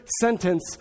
sentence